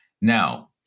Now